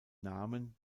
namen